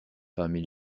parmi